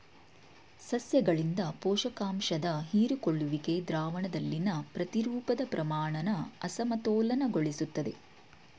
ಸಸ್ಯಗಳಿಂದ ಪೋಷಕಾಂಶದ ಹೀರಿಕೊಳ್ಳುವಿಕೆ ದ್ರಾವಣದಲ್ಲಿನ ಪ್ರತಿರೂಪದ ಪ್ರಮಾಣನ ಅಸಮತೋಲನಗೊಳಿಸ್ತದೆ